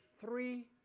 three